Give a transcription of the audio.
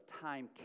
time